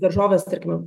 daržovės tarkim